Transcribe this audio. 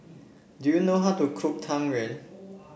do you know how to cook Tang Yuen